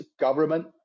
government